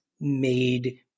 made